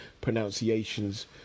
pronunciations